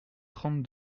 trente